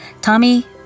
Tommy